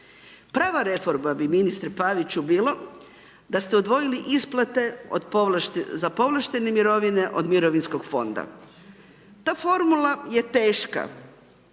Prva reforma bi ministre Paviću bilo da ste odvojili isplate za povlaštene mirovine od mirovinskog fonda. Ta formula je teška,